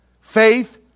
Faith